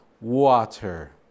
water